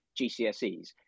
GCSEs